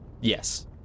Yes